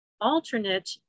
alternate